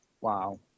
wow